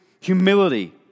humility